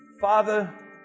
Father